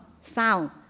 sound